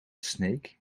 snake